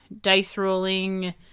dice-rolling